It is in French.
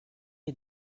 est